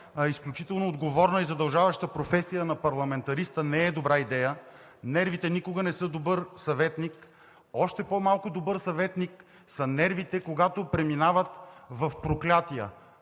изключително отговорна и задължаваща професия на парламентариста, не е добра идея. Нервите никога не са добър съветник. Още по-малко добър съветник са нервите, когато преминават в проклятия.